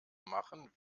machen